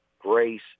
grace